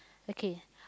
okay